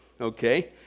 Okay